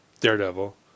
Daredevil